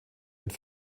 mit